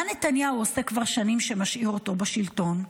"מה נתניהו עושה כבר שנים שמשאיר אותו בשלטון?